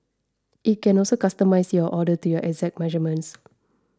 it can also customise your order to your exact measurements